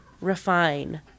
refine